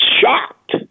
shocked